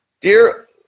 Dear